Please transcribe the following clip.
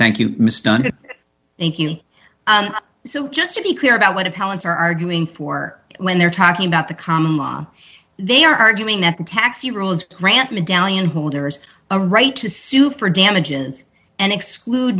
thank you mr thank you so just to be clear about what appellant are arguing for when they're talking about the common law they are arguing that the tax rules grant medallion holders a right to sue for damages and exclude